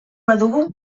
badugu